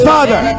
Father